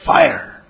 fire